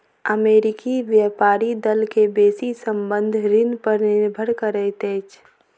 अमेरिकी व्यापारी दल के बेसी संबंद्ध ऋण पर निर्भर करैत अछि